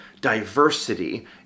diversity